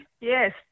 Yes